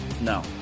no